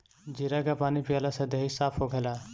जीरा के पानी पियला से देहि साफ़ होखेला